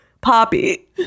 Poppy